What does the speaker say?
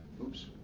oops